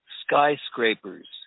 skyscrapers